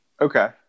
Okay